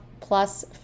plus